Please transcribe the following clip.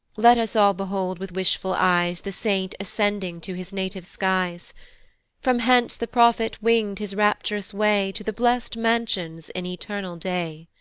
let us all behold with wishful eyes the saint ascending to his native skies from hence the prophet wing'd his rapt'rous way to the blest mansions in eternal day.